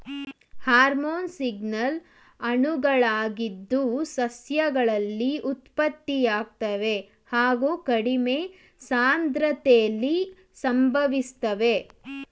hormone signal ಅಣುಗಳಾಗಿದ್ದು ಸಸ್ಯಗಳಲ್ಲಿ ಉತ್ಪತ್ತಿಯಾಗ್ತವೆ ಹಾಗು ಕಡಿಮೆ ಸಾಂದ್ರತೆಲಿ ಸಂಭವಿಸ್ತವೆ